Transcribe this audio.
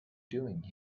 doing